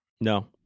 No